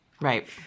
right